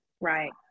Right